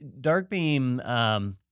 Darkbeam